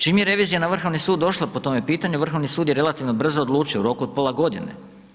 Čim je revizija na Vrhovni sud došla po tome pitanju, Vrhovni sud je relativno brzo, odlučio, u roku od pola godine.